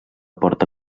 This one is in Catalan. porta